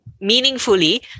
meaningfully